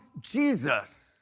Jesus